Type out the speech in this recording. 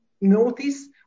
notice